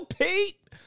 pete